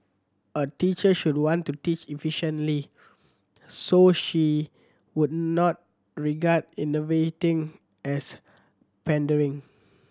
a teacher should want to teach effectively so she would not regard innovating as pandering